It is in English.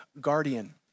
guardian